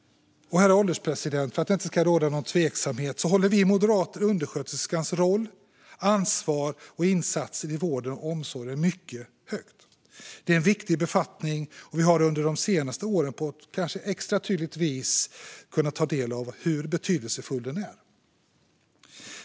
Herr ålderspresident! För att det inte ska råda någon tveksamhet: Vi moderater håller undersköterskans roll, ansvar och insatser i vården och omsorgen mycket högt. Det är en viktig befattning. Vi har under de senaste åren på ett kanske extra tydligt vis kunnat ta del av hur betydelsefull den är.